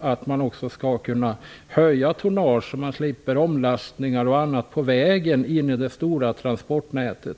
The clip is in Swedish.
att man också skall kunna höja tonnaget så att man slipper omlastningar och annat på vägen inne i det stora transportnätet?